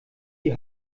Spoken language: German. die